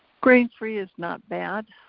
grain free is not bad.